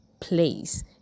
place